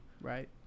Right